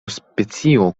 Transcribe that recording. specio